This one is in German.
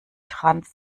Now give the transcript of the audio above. trans